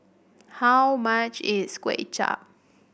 how much is Kway Chap